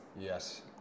Yes